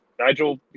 Nigel